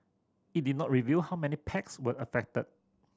it did not reveal how many packs were affected